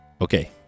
Okay